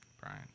Brian